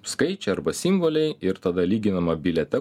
skaičiai arba simboliai ir tada lyginama biliete